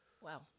Wow